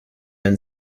been